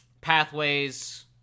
pathways